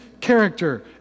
character